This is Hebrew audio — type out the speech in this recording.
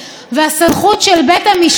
והסמכות של בית המשפט,